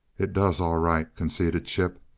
it does, all right, conceded chip.